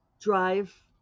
drive